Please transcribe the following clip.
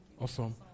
Awesome